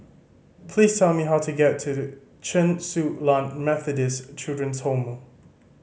please tell me how to get to Chen Su Lan Methodist Children's Home